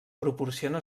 proporciona